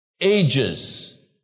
Ages